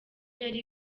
yari